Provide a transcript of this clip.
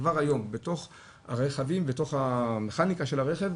בתוך המכניקה של הרכב,